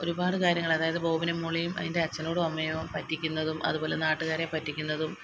ഒരുപാട് കാര്യങ്ങൾ അതായത് ബോബനും മോളിയും അതിൻ്റെ അച്ഛനോടും അമ്മയോടും പറ്റിക്കുന്നതും അതുപോലെ നാട്ടുകാരെ പറ്റിക്കുന്നതും